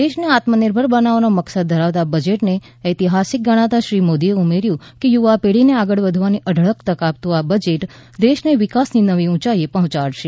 દેશને આત્મનિર્ભર બનાવાનો મકસદ ધરાવતા બજેટને ઐતિહાસીક ગણાવતા શ્રી મોદી એ ઉમેર્યું છે કે યુવા પેઢીને આગળ વધવાની અઢળક તક આપતું આ બજેટ દેશને વિકાસની નવી ઊંચાઈ એ પહોંચાડશે